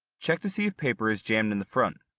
check to see if paper is jammed in the front.